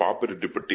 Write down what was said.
Pappireddipatti